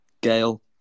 Gale